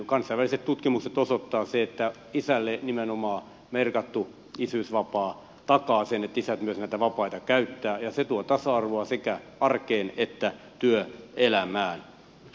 kansainväliset tutkimukset osoittavat sen että nimenomaan isälle merkitty isyysvapaa takaa sen että isät myös näitä vapaita käyttävät ja se tuo tasa arvoa sekä arkeen että työelämään